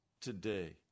today